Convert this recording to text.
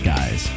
Guys